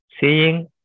seeing